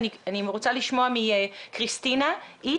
אני רוצה לשמוע מכריסטינה עית,